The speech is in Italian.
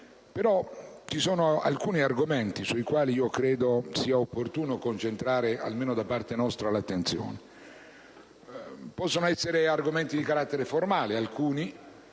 Ci sono però alcuni argomenti sui quali credo sia opportuno concentrare almeno da parte nostra l'attenzione. Alcuni possono essere argomenti di carattere formale, ma